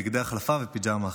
בגדי החלפה ופיג'מה אחת.